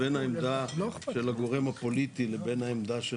לפעמים יש דיסוננס בין העמדה של הגורם הפוליטי לבין העמדה של